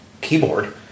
keyboard